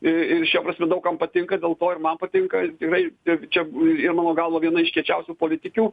i ir šia prasme daug kam patinka dėl to ir man patinka tikrai ir čia e mano galo viena iš kiečiausių politikių